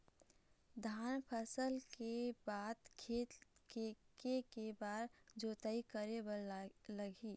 धान फसल के बर खेत ला के के बार जोताई करे बर लगही?